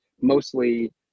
mostly